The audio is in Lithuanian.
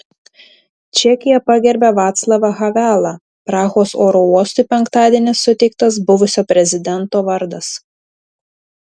čekija pagerbia vaclavą havelą prahos oro uostui penktadienį suteiktas buvusio prezidento vardas